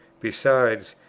besides,